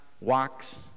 walks